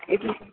એટલે